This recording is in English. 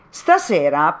stasera